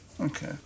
Okay